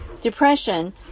depression